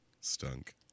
stunk